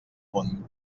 món